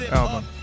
album